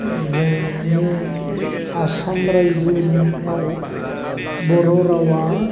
जोंनि आसाम रायजोआव बर' रावा